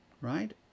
right